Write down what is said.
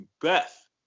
Beth